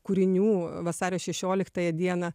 kūrinių vasario šešioliktąją dieną